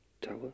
Tower